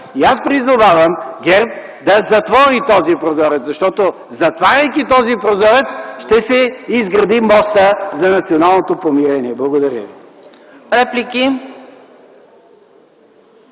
И аз призовавам ГЕРБ да затвори този прозорец, защото затваряйки го, ще се изгради мостът за националното помирение. Благодаря.